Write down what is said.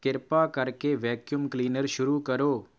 ਕਿਰਪਾ ਕਰਕੇ vacuum cleaner ਸ਼ੁਰੂ ਕਰੋ